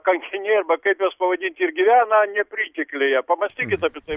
kankiniai arba kaip juos pavadinti ir gyvena nepritekliuje pamąstykit apie tai